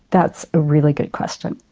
that's a really good question.